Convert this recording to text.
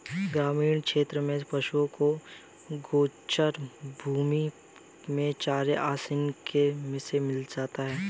ग्रामीण क्षेत्रों में पशुओं को गोचर भूमि में चारा आसानी से मिल जाता है